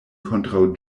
kontraŭ